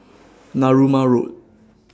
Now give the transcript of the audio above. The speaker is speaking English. Narooma Road